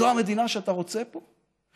זו המדינה שאתה רוצה פה,